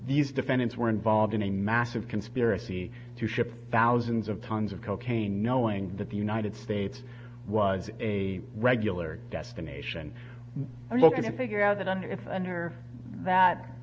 these defendants were involved in a massive conspiracy to ship thousands of tons of cocaine knowing that the united states was a regular destination i look and figure out that